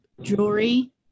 jewelry